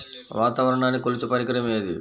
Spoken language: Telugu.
వాతావరణాన్ని కొలిచే పరికరం ఏది?